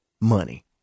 money